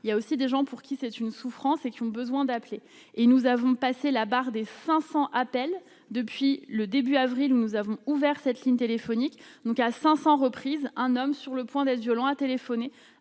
il y a aussi des gens pour qui c'est une souffrance et qui ont besoin d'appeler et nous avons passé la barre des 500 appels depuis le début avril, où nous avons ouvert cette ligne téléphonique, donc à 500 reprises, un homme sur le point d'être violent a téléphoné